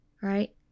Right